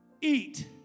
eat